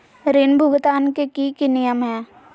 ऋण भुगतान के की की नियम है?